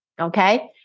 Okay